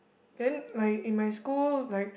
then like in my school like